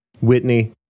Whitney